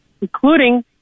including